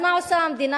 אז מה עושה המדינה?